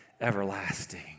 everlasting